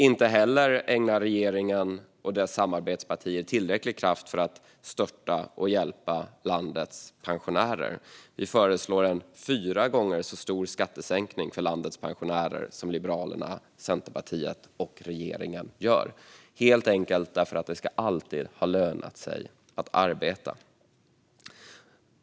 Inte heller ägnar regeringen och dess samarbetspartier tillräcklig kraft åt att stötta och hjälpa landets pensionärer. Vi föreslår en fyra gånger större skattesänkning för landets pensionärer än Liberalerna, Centerpartiet och regeringen - helt enkelt för att det alltid ska ha lönat sig att arbeta.